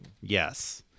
Yes